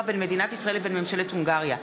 בין מדינת ישראל לבין ממשלת הונגריה.